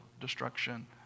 destruction